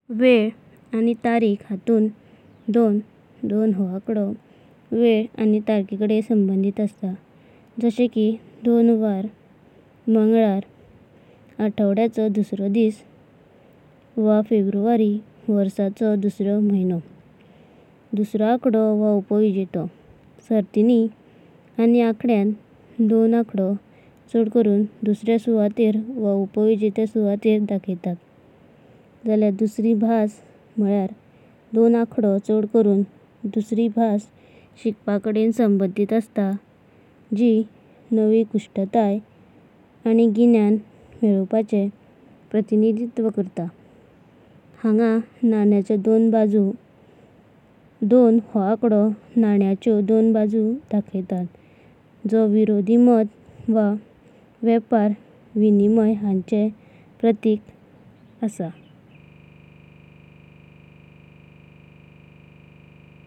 वेला आनी तारीका हातुना दोन। दोन हो अंकडो वेला आनी तारखांकडेनाया संबंधिता असता। जाशे कि दोन वरण, मंगलारा आथवडेयाचो दुसरो दिस, वा फेब्रुवरी वर्षाचो दुसरो म्हयानो। दुसरो अंकडो वा उपविजेतो। सार्तिनी आनी अंकडेयानी दोन अंकडो चाड करून दुसरे सुवातेका वा उपविजेते सुवातेका दाखयता। दुसरी भाष। दोन अंकडो चाड करून दुसरी भाष शिकपाकडेनाया संबंधिता असता। जो नवी कुशलते आनी ज्ञान मेलवपाचे प्रतिनिधित्व कराता। हांगा नाण्याचीं दोन बाजु। दोन हो अंकडो नाण्याच्यो दोन बाजु दाखयता, जो विरोधी मतं वा वेपारा-विनिमया हांचें प्रतीक आसा।